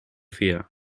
fiar